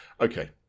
Okay